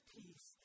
peace